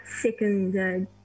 second